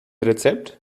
rezept